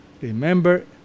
remember